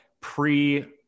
pre